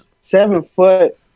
Seven-foot